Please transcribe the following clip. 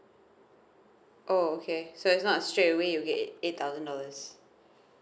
oh okay so is not straight away you get eight thousand dollars